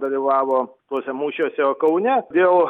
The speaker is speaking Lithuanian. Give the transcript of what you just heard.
dalyvavo tuose mūšiuose o kaune dėl